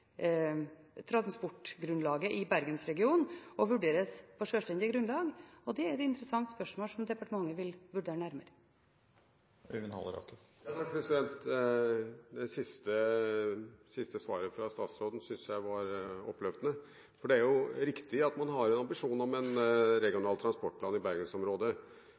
transportgrunnlaget i Bergensregionen og vurderes på sjølstendig grunnlag. Det er et interessant spørsmål som departementet vil vurdere nærmere. Det siste svaret fra statsråden syns jeg er oppløftende. Det er riktig at man har en ambisjon om en regional transportplan i Bergensområdet,